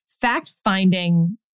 fact-finding